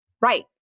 Right